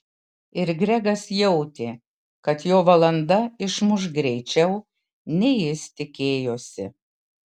ir gregas jautė kad jo valanda išmuš greičiau nei jis tikėjosi